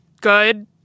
good